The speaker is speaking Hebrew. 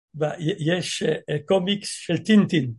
ויש קומיקס של טינטין.